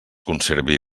conservi